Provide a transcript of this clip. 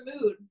mood